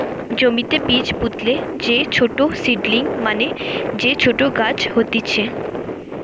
জমিতে বীজ পুতলে যে ছোট সীডলিং মানে যে ছোট গাছ হতিছে